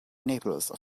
naples